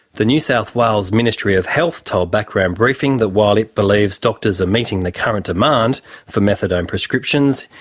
the new south wales ministry of health told background briefing that while it believes doctors are meeting the current demand for methadone prescriptions,